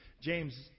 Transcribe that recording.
James